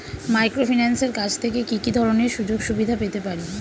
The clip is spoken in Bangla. মাইক্রোফিন্যান্সের কাছ থেকে কি কি ধরনের সুযোগসুবিধা পেতে পারি?